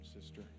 sister